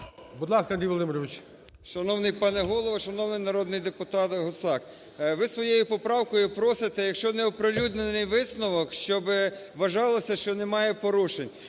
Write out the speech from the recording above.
Будь ласка, Андрій Володимирович. 17:17:40 ІВАНЧУК А.В. Шановний пане Голово! Шановний народний депутат Гусак! Ви своєю поправкою просите, якщо не оприлюднений висновок, щоб вважалося, що немає порушень.